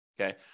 Okay